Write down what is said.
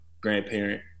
grandparent